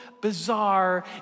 bizarre